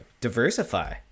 Diversify